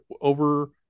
over